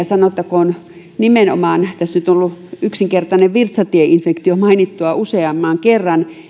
sanottakoon nimenomaan tässä nyt on ollut yksinkertainen virtsatieinfektio mainittuna useamman kerran